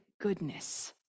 goodness